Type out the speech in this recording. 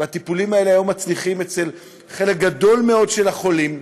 והטיפולים האלה מצליחים אצל חלק גדול מאוד מן החולים,